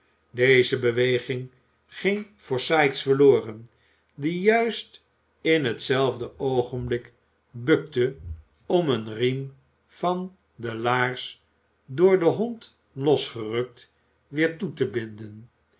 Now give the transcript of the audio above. deze beweging ging voor sikes verloren die juist in hetzelfde oogenblik bukte om een riem van de laars door den hond losgerukt weer toe te binden